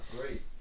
great